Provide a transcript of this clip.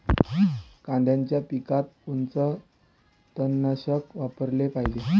कांद्याच्या पिकात कोनचं तननाशक वापराले पायजे?